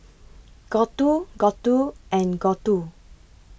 Gouthu Gouthu and Gouthu